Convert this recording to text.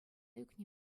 ӳкнӗ